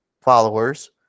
Followers